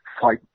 fight